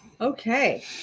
Okay